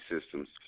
Systems